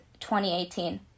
2018